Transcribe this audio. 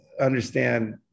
understand